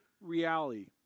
reality